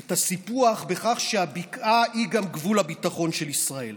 את הסיפוח בכך שהבקעה היא גם גבול הביטחון של ישראל,